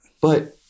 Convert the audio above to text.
But-